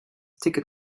ticket